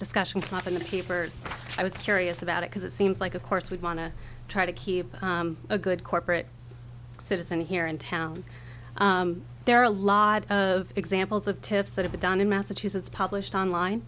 discussion not in the papers i was curious about it because it seems like of course we want to try to keep a good corporate citizen here in town there are a lot of examples of tips that have done in massachusetts published online